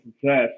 success